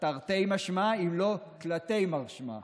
תרתי משמע אם לא תלתי משמע.